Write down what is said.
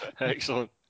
Excellent